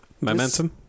momentum